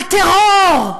על טרור,